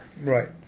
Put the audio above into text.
Right